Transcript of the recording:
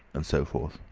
and so forth.